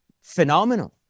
Phenomenal